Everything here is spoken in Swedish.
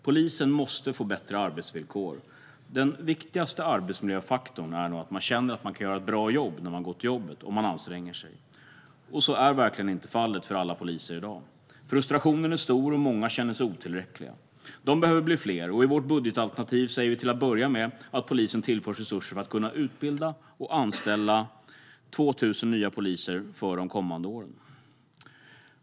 Polisen måste få bättre arbetsvillkor. Den viktigaste arbetsmiljöfaktorn är nog att man känner att man kan göra ett bra jobb om man anstränger sig. Så är verkligen inte fallet för alla poliser i dag. Frustrationen är stor, och många känner sig otillräckliga. De behöver bli fler, och i vårt budgetalternativ säger vi till att börja med att polisen tillförs resurser för att utbilda och anställa 2 000 nya poliser för de kommande åren.